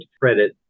credit